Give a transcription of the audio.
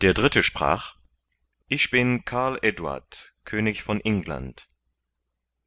der dritte sprach ich bin karl eduard könig von england